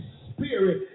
spirit